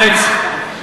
גברתי יושבת-ראש מרצ,